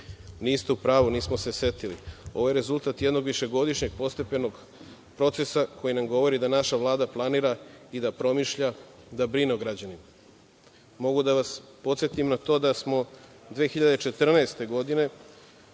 Niste u pravu, nismo se setili. Ovo je rezultat jednog višegodišnjeg postepenog procesa koji nam govori da naša Vlada planira i da promišlja, da brine o građanima. Mogu da vas podsetim na to da smo 2014. godine